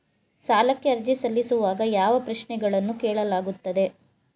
ಸಾಲಕ್ಕೆ ಅರ್ಜಿ ಸಲ್ಲಿಸುವಾಗ ಯಾವ ಪ್ರಶ್ನೆಗಳನ್ನು ಕೇಳಲಾಗುತ್ತದೆ?